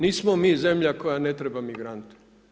Nismo mi zemlja koja ne treba migrante.